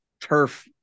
turf